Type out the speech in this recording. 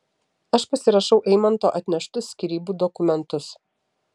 aš pasirašau eimanto atneštus skyrybų dokumentus